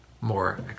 more